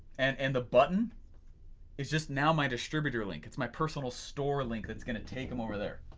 and and the button is just now my distributor link it's my personal store link that's gonna take them over there.